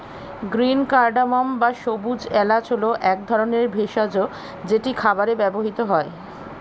green cardamom বা সবুজ এলাচ হল এক ধরনের ভেষজ যেটি খাবারে ব্যবহৃত হয়